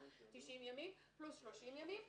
90 ימים פלוס 30 ימים,